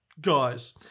guys